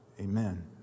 Amen